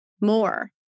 more